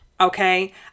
Okay